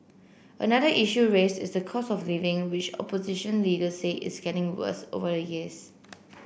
another issue raised is the cost of living which opposition leader say is getting worse over the years